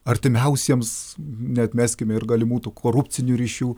artimiausiems neatmeskime ir galimų tų korupcinių ryšių